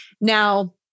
Now